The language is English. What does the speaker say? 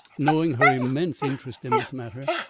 knowing her immense interest in this matter,